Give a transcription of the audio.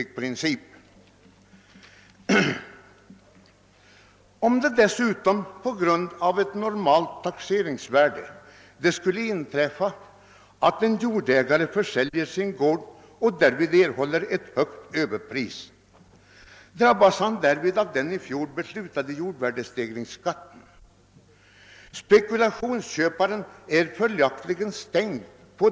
Om dessutom en jordägare med ett normalt taxeringsvärde på sin gård skulle försälja denna och därvid erhålla ett stort överpris, drabbas han av den i fjol beslutade jordvärdestegringsskatten.